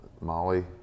Molly